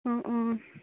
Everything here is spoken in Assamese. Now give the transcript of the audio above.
অঁ অঁ